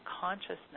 consciousness